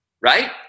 right